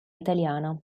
italiana